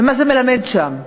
ומה זה מלמד שם?